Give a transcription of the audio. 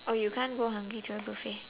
oh you can't go hungry to a buffet